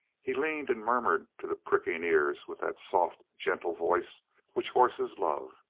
he leaned and murmured to the pricking ears with that soft, gentle voice which horses love.